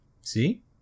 See